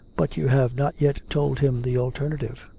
but you have not yet told him the alternative.